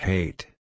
Hate